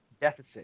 deficit